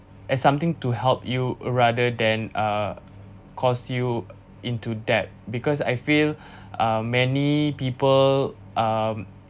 as something to help you rather than uh cause you into debt because I feel uh many people um